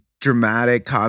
dramatic